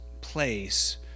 place